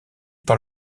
par